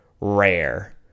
rare